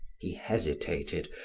he hesitated,